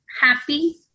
happy